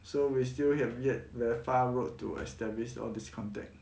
so we still have yet very far work to establish all these contact